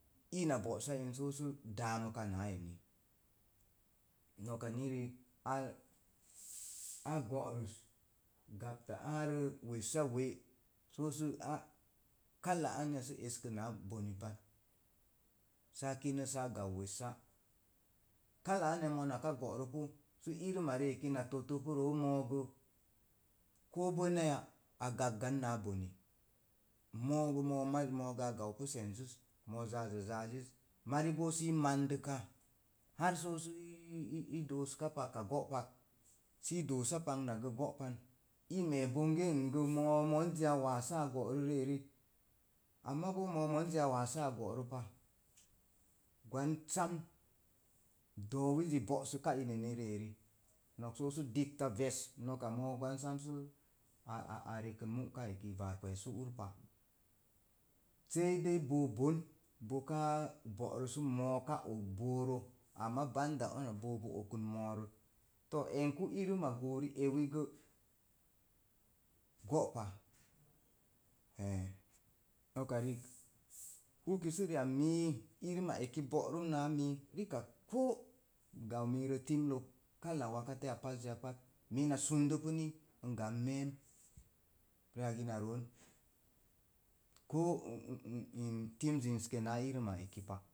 Ina basa bon hi soo su daamikam naa emi noka ni ri ik ā ā go'rus gapta āārət wessawe’ so su ā kala anya sə eskənāā bone pan, saa kie sāā gau wessa. Kala naya mona ka gi rupu sə irima ri'eki na tottopa moro, koo bənaya a gak gan nāā bone, mogo moo māz a gan pu se̱nzəz, zāāza zaaziz, mari bo sə i mandika haa sosə ii i dooska paka go'paki sə doosa gə pagna go'pan. n mee bonge n gə moo monzi a waas sāā bo're rien. ama bo moo̱ momi a waas sə a bo'ro ri'en pa gwan sam do̱o̱ wizi bo'sə ka ineni rien nok sosu dikta ve no̱ka mo̱o̱ gwan səə sə aā rəkən mukan eki baar kwe̱e̱su pa sei dei boo bon boka bo'ro sə mo̱o̱ aka og booro amma banda ara bo okun mo̱o̱rok to̱o̱ əngkai irima go̱o̱ ri ewi gə go'pa noka rik uki sə ri ak, mii ri ak irma ri eki bo'rum naa rikak koo gan mirə timlə kala wateya pazzeya pat mina sando pani n gamn meem riak ina ro̱o̱n ko nn n tim zuiske naa irim a ri eki pa.